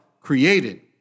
created